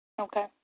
Okay